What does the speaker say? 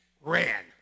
ran